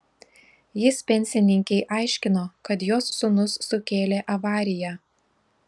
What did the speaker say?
jis pensininkei aiškino kad jos sūnus sukėlė avariją